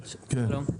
שלום,